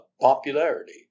popularity